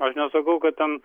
aš nesakau kad ten